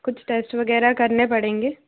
कुछ टेस्ट वगैरह करने पड़ेंगे